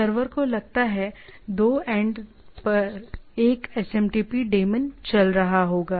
server को लगता है 2 एंड पर एक SMTP डेमॉन चल रहा होगा